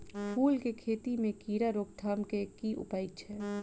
फूल केँ खेती मे कीड़ा रोकथाम केँ की उपाय छै?